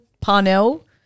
Parnell